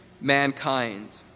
mankind